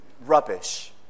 rubbish